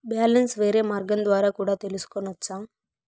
Balance వేరే మార్గం ద్వారా కూడా తెలుసుకొనొచ్చా?